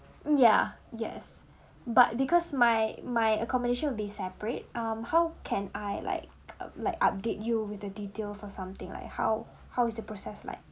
mm ya yes but because my my accommodation will be separate um how can I like uh like update you with the details or something like how how is the process like